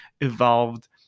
evolved